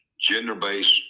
gender-based